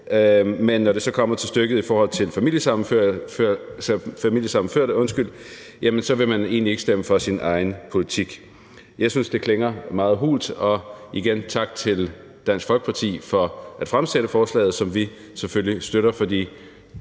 Men når det så kommer til stykket i forhold til familiesammenførte, så vil man egentlig ikke stemme for sin egen politik. Jeg synes, det klinger meget hult. Igen: Tak til Dansk Folkeparti for at fremsætte forslaget, som vi selvfølgelig støtter,